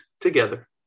together